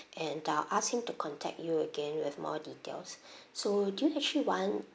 and uh ask him to contact you again with more details so do you actually want